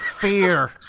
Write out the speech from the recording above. fear